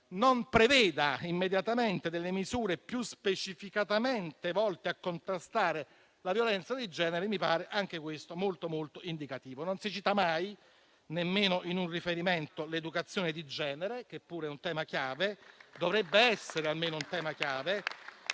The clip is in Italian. non preveda immediatamente misure più specificatamente volte a contrastare la violenza di genere, mi pare, anche questo, molto indicativo. Non si cita mai, nemmeno come riferimento, l'educazione di genere, che pure è un tema chiave o dovrebbe essere un tema chiave